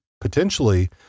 potentially